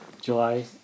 July